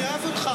אני אוהב אותך,